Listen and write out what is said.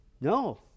No